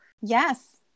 yes